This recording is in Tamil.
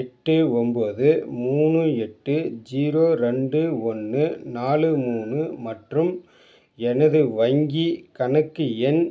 எட்டு ஒன்போது மூணு எட்டு ஜீரோ ரெண்டு ஒன்று நாலு மூணு மற்றும் எனது வங்கிக் கணக்கு எண்